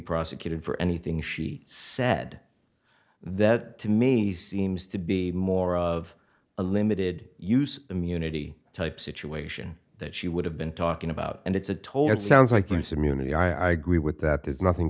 prosecuted for anything she said that to me seems to be more of a limited use immunity type situation that she would have been talking about and it's a told it sounds like you have some unity i agree with that there's nothing